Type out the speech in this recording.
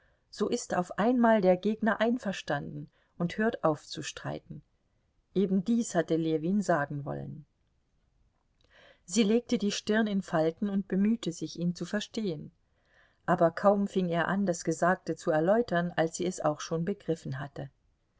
so ist auf einmal der gegner einverstanden und hört auf zu streiten ebendies hatte ljewin sagen wollen sie legte die stirn in falten und bemühte sich ihn zu verstehen aber kaum fing er an das gesagte zu erläutern als sie es auch schon begriffen hatte